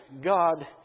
God